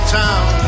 town